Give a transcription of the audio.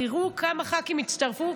תראו כמה ח"כים הצטרפו,